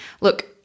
Look